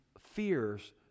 fears